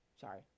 Sorry